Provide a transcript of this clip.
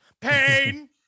pain